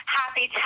happy